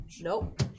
Nope